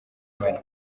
marie